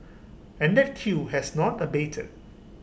and that queue has not abated